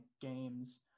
games